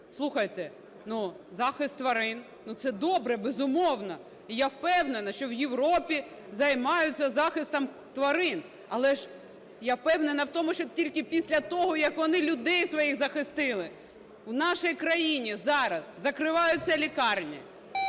Слухайте, ну, захист тварин – це добре, безумовно. І я впевнена, що в Європі займаються захистом тварин. Але ж я впевнена в тому, що тільки після того, як вони людей своїх захистили. В нашій країні зараз закриваються лікарні,